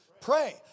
pray